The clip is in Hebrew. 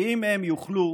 ואם הם יוכלו